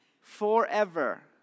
forever